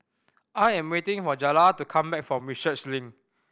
I am waiting for Jaylah to come back from Research Link